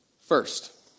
First